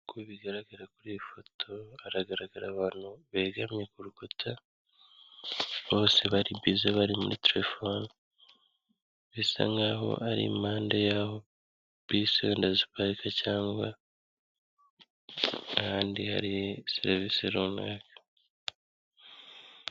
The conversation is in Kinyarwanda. Uko bigaragara kuri iyi foto, haragaragara abantu begamye ku rukuta, bose bari bize bari muri telefone, bisa nkaho ari impande yaho bisi wenda ziparika, cyangwa ahandi hari serivisi runaka.